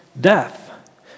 death